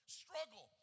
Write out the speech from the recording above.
struggle